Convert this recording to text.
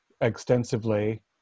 extensively